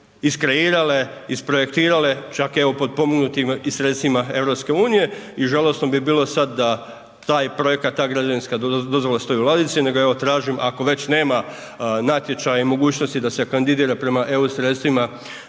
iskreirale, isprojektirale, čak je evo i potpomognutim i sredstvima EU-a, i žalosno bi bilo sad da taj projekta, da građevinska dozvola stoji u ladici nego evo tražim ako već nema natječaja i mogućnosti da se kandidira prema EU sredstvima